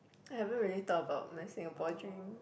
I haven't really thought about my Singapore dream